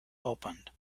opened